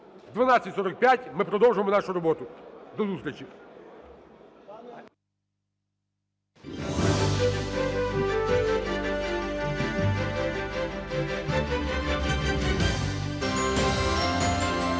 12:45 ми продовжимо нашу роботу. До зустрічі.